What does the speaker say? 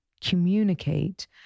communicate